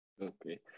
Okay